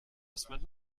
smelled